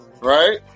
right